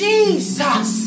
Jesus